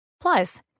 Plus